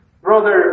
Brother